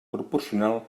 proporcional